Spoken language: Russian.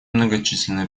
многочисленные